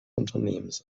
unternehmens